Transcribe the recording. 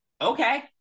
Okay